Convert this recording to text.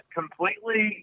completely –